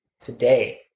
today